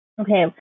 okay